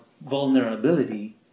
vulnerability